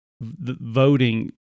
voting